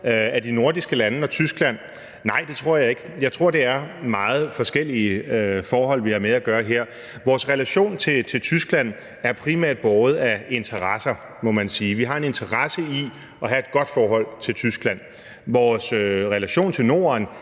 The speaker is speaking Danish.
af de nordiske lande og Tyskland? Nej, det tror jeg ikke. Jeg tror, det er meget forskellige forhold, vi her har med at gøre. Vores relation til Tyskland er primært båret af interesser, må man sige. Vi har en interesse i at have et godt forhold til Tyskland. Vores relation til Norden